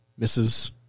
Mrs